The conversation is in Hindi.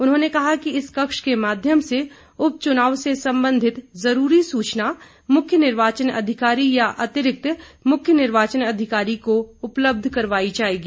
उन्होंने कहा कि इस कक्ष के माध्यम से उप चुनाव से संबंधित जरूरी सूचना मुख्य निर्वाचन अधिकारी या अतिरिक्त मुख्य निर्वाचन अधिकारी को उपलब्ध करवाई जाएगी